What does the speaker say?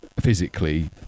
physically